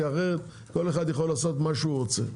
כי אחרת כל אחד יכול לעשות מה שהוא רוצה.